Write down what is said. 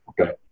okay